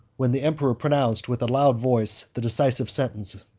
when the emperor pronounced, with a loud voice, the decisive sentence,